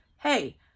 Hey